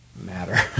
matter